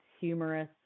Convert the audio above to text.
humorous